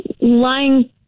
Lying